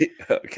Okay